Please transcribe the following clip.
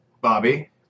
Bobby